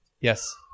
Yes